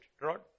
rod